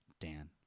Dan